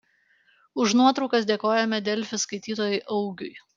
už nuotraukas dėkojame delfi skaitytojui augiui